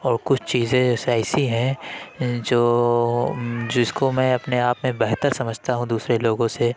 اور کچھ چیزیں ایسا ایسی ہیں جو جس کو میں اپنے آپ میں بہتر سمجھتا ہوں دوسرے لوگوں سے